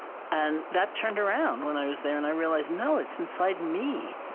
and that turned around when i was there, and i realized, no, it's inside me.